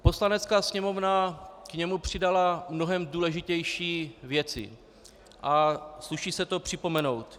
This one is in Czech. Poslanecká sněmovna k němu přidala mnohem důležitější věci a sluší se to připomenout.